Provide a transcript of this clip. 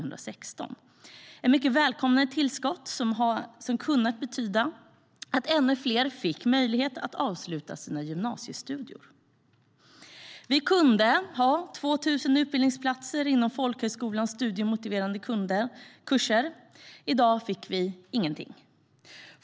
Det var ett mycket välkommet tillskott som hade kunnat betyda att ännu fler fick möjlighet att avsluta sina gymnasiestudier. Vi kunde ha haft 2 000 utbildningsplatser inom folkhögskolans studiemotiverande kurser. I dag fick vi ingenting.